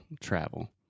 travel